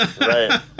right